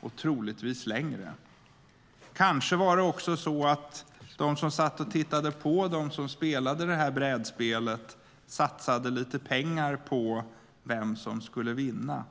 och troligtvis längre. Kanske var det också så att de som satt och tittade på dem som spelade brädspelet satsade lite pengar på vem som skulle vinna.